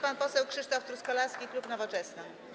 Pan poseł Krzysztof Truskolaski, klub Nowoczesna.